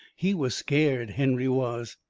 he was scared, henry was.